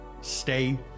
Stay